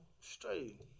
straight